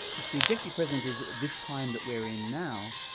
if the objective present is this time that we're in now,